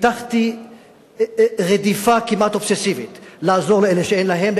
פיתחתי רדיפה כמעט אובססיבית לעזור לאלה שאין להם,